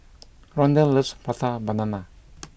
Rondal loves Prata Banana